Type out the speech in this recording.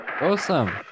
awesome